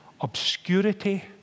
obscurity